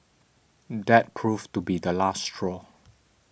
that proved to be the last straw